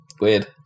Weird